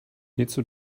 hierzu